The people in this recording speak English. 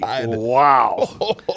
Wow